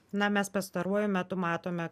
na mes pastaruoju metu matome